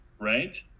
right